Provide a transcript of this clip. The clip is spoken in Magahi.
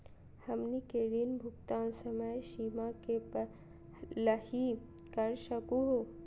हमनी के ऋण भुगतान समय सीमा के पहलही कर सकू हो?